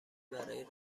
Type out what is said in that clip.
برای